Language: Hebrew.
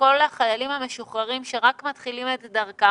ישנו גם עניין החיילים המשוחררים שמתחילים את דרכם